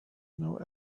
know